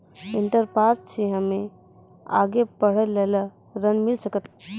Inter pass छी हम्मे आगे पढ़े ला ऋण मिल सकत?